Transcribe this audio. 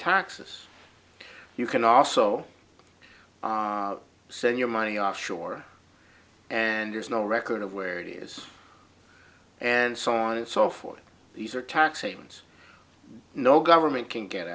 taxes you can also send your money offshore and there's no record of where it is and so on and so forth these are tax havens no government can get